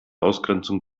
ausgrenzung